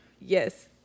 Yes